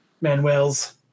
Manuel's